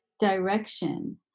direction